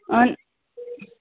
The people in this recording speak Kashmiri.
اَہَن